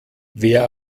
wer